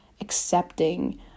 accepting